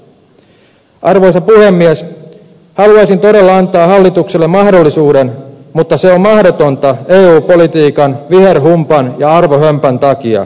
haluaisin todella antaa hallitukselle mahdollisuuden mutta se on mahdotonta eu politiikan viherhumpan ja arvohömpän takia